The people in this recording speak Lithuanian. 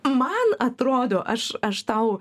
man atrodo aš aš tau